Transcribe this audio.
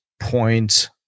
point